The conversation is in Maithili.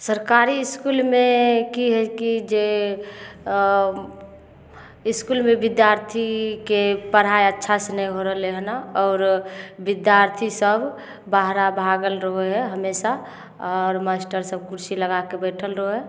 सरकारी इसकुलमे की हइ कि जे इसकुलमे बिद्यार्थीके पढ़ाइ अच्छा से नहि हो रहलै हन आओर बिद्यार्थी सब बहरा भागल रहै हइ हमेशा आओर मास्टर सब कुर्सी लगाके बैठल रहै हइ